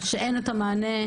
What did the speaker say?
שאין המענה,